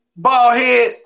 Ballhead